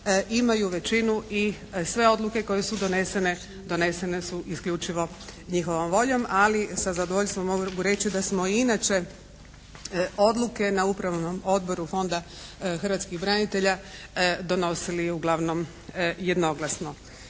imaju većinu i sve odluke koje su donesene, donesene su isključivo njihovom voljom. Ali sa zadovoljstvom mogu reći da smo i inače odluke na Upravnom odboru Fonda hrvatskih branitelja donosili uglavnom jednoglasno.